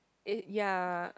eh ya